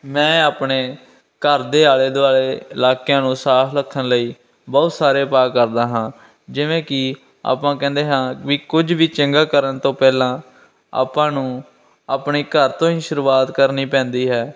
ਮੈਂ ਆਪਣੇ ਘਰ ਦੇ ਆਲੇ ਦੁਆਲੇ ਇਲਾਕਿਆਂ ਨੂੰ ਸਾਫ ਰੱਖਣ ਲਈ ਬਹੁਤ ਸਾਰੇ ਉਪਾਅ ਕਰਦਾ ਹਾਂ ਜਿਵੇਂ ਕਿ ਆਪਾਂ ਕਹਿੰਦੇ ਹਾਂ ਵੀ ਕੁਝ ਵੀ ਚੰਗਾ ਕਰਨ ਤੋਂ ਪਹਿਲਾਂ ਆਪਾਂ ਨੂੰ ਆਪਣੇ ਘਰ ਤੋਂ ਹੀ ਸ਼ੁਰੂਆਤ ਕਰਨੀ ਪੈਂਦੀ ਹੈ